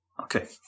Okay